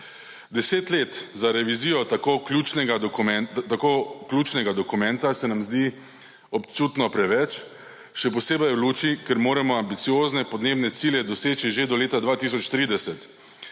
10 let za revizijo tako ključnega dokumenta, se nam zdi občutno preveč, še posebej v luči, ker moramo ambiciozne podnebne cilje doseči že do leta 2030.